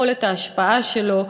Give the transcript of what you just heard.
יכולת ההשפעה שלו,